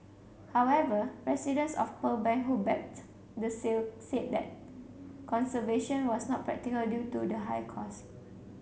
however residents of Pearl Bank who backed the sale said that conservation was not practical due to the high cost